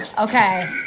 Okay